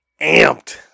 Amped